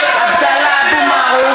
(קוראת בשמות חברי הכנסת) עבדאללה אבו מערוף,